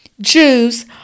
Jews